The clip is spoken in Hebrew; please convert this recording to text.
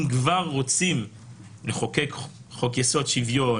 אם כבר רוצים לחוקק חוק-יסוד: שוויון